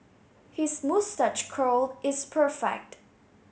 his moustache curl is perfect